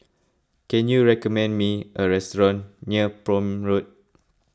can you recommend me a restaurant near Prome Road